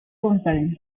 conference